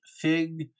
fig